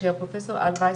מדגישה לאומיות,